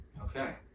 Okay